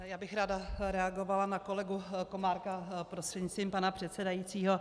Já bych ráda reagovala na kolegu Komárka prostřednictvím pana předsedajícího.